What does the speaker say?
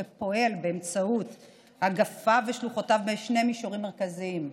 ופועל באמצעות אגפיו ושלוחותיו בשני מישורים מרכזיים.